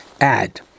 add